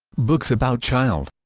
books about child